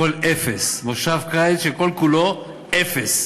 הכול אפס, כנס קיץ שכל-כולו אפס.